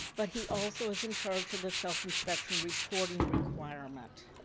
but he also is in charge of the self-inspection reporting requirement.